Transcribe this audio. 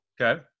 Okay